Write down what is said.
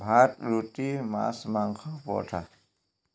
ভাত ৰুটি মাছ মাংস পৰঠা